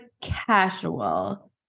casual